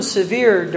severe